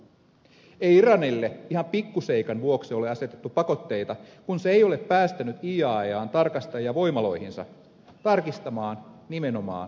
ei iranille ihan pikkuseikan vuoksi ole asetettu pakotteita kun se ei ole päästänyt iaean tarkastajia voimaloihinsa tarkistamaan nimenomaan tätä asiaa